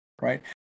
right